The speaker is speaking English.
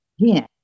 again